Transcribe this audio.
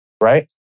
right